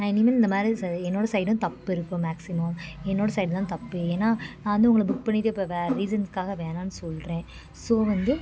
நான் இனிமேல் இந்தமாதிரி ச என்னோடய சைடும் தப்பு இருக்குது மேக்ஸிமம் என்னோடய சைடுதான் தப்பு ஏன்னா நான் வந்து உங்களை புக் பண்ணிட்டு இப்போ வேற ரீசன்னுக்காக வேணாம்னு சொல்கிறேன் ஸோ வந்து